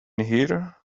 here